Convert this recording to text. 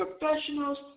Professionals